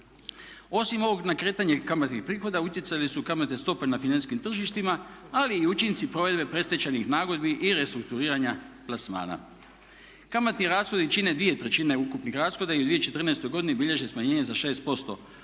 Osim ovog na kretanje kamatnih prihoda utjecale su kamatne stope na financijskim tržištima, ali i učinci provedbe predstečajnih nagodbi i restrukturiranja plasmana. Kamatni rashodi čine 2/3 ukupnih rashoda i u 2014. godini bilježe smanjenje za 6%